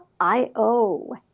I-O